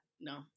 no